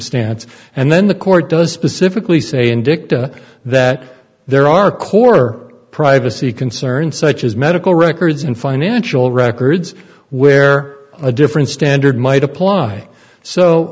stance and then the court does specifically say in dicta that there are core privacy concerns such as medical records and financial records where a different standard might apply so